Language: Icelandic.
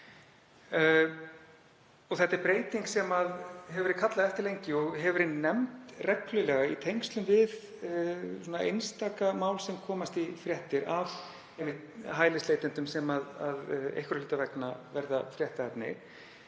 Þetta er breyting sem hefur verið kallað eftir lengi og hefur verið nefnd reglulega í tengslum við einstaka mál sem komast í fréttir, einmitt um hælisleitendur sem verða einhverra hluta vegna fréttaefni.